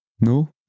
No